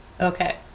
Okay